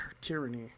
tyranny